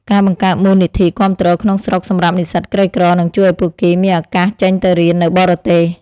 ការបង្កើតមូលនិធិគាំទ្រក្នុងស្រុកសម្រាប់និស្សិតក្រីក្រនឹងជួយឱ្យពួកគេមានឱកាសចេញទៅរៀននៅបរទេស។